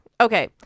Okay